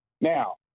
Now